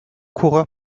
coureur